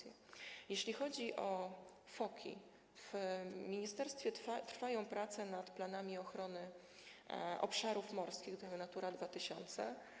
Jeśli chodzi o foki, to w ministerstwie trwają prace nad planami ochrony obszarów morskich Natura 2000.